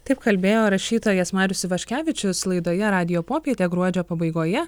taip kalbėjo rašytojas marius ivaškevičius laidoje radijo popietė gruodžio pabaigoje